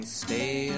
stay